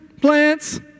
plants